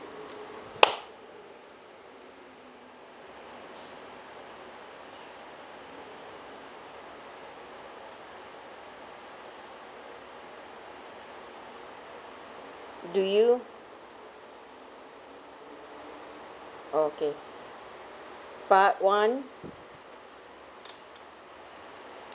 do you okay part one